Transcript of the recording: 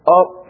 up